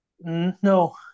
No